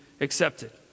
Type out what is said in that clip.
accepted